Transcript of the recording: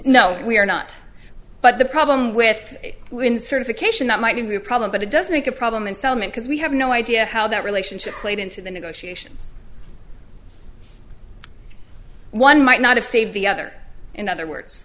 no we are not but the problem with when certification that might be a problem but it doesn't make a problem in solomon because we have no idea how that relationship played into the negotiations one might not have saved the other in other words